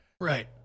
Right